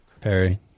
Perry